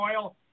oil